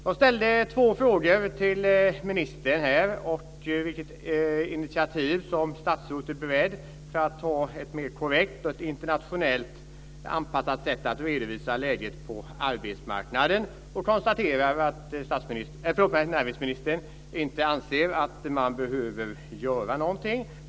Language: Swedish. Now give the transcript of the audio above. Jag ställde två frågor till ministern. Det gällde vilket initiativ som statsrådet är beredd att ta för att på ett mer korrekt och internationellt anpassat sätt redovisa läget på arbetsmarknaden. Jag konstaterar att näringsministern inte anser att man behöver göra någonting.